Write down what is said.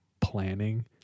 planning